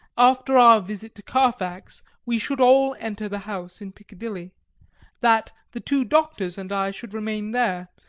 after our visit to carfax, we should all enter the house in piccadilly that the two doctors and i should remain there,